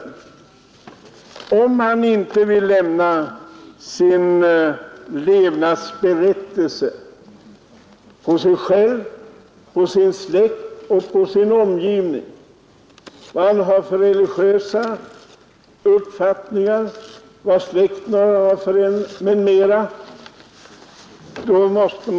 Vad inträffar om han inte vill lämna en levnadsberättelse över sig själv, sin släkt och sin omgivning, uppgift om hans religiösa uppfattning, om vad släkten har för religiös uppfattning?